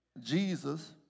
Jesus